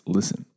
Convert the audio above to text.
Listen